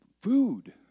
food